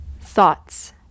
thoughts